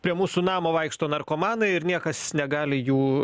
prie mūsų namo vaikšto narkomanai ir niekas negali jų